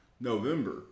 November